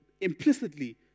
implicitly